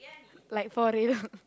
like for real